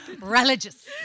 Religious